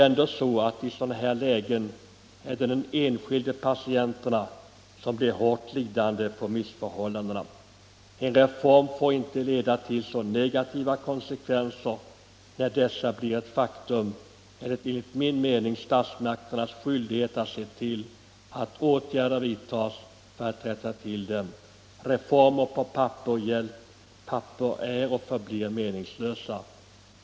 I sådana lägen blir de enskilda patienterna hårt lidande på missförhållandena. En reform får inte leda till så negativa konse kvenser. När dessa blir ett faktum är det enligt min mening statsmakternas skyldighet att se till att åtgärder vidtas för att rätta till förhållandena igen. Reformer på papper hjälper inte — de är och förblir meningslösa.